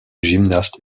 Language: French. gymnaste